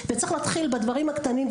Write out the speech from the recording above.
צריך להתחיל בדברים הקטנים.